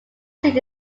seat